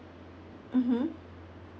mmhmm